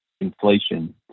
inflation